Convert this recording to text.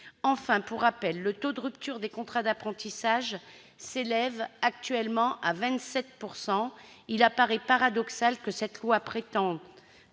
Enfin, pour rappel, le taux de rupture des contrats d'apprentissage s'élève actuellement à 27 %. Il apparaît paradoxal que cette loi prétende